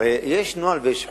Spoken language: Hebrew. הרי יש נוהל ויש חוק.